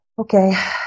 Okay